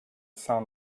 sound